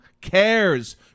cares